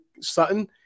Sutton